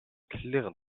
klirren